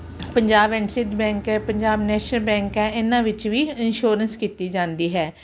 Punjab and ਸਥਿਤ bank ਐ Punjab National Bank ਐ ਇਹਨਾਂ ਵਿੱਚ ਵੀ ਇਨਸ਼ੋਰੈਂਸ ਕੀਤੀ ਜਾਂਦੀ ਹੈ